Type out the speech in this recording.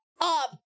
up